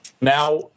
Now